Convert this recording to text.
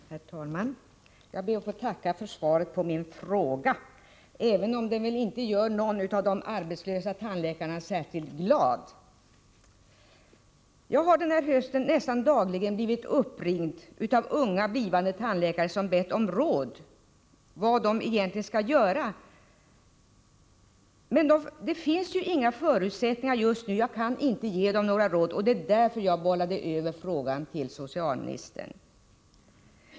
Herr talman! Jag ber att få tacka för svaret på min fråga, även om svaret inte gör någon av de arbetslösa tandläkarna särskilt glad. Jag har denna höst nästan dagligen blivit uppringd av unga blivande tandläkare som frågat vad de egentligen skall göra och bett om råd. Men det finns inga förutsättningar för mig att just nu ge dem något råd. Det är därför jag bollat över frågan till socialministern.